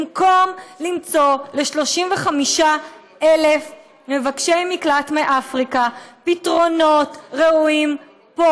במקום למצוא ל-35,000 מבקשי מקלט מאפריקה פתרונות ראויים פה,